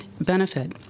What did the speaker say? benefit